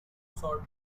sought